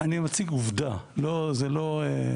אני מציג עובדה, זה לא.